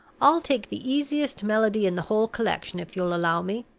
i'll take the easiest melody in the whole collection, if you'll allow me.